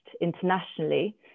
internationally